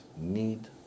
need